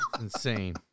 Insane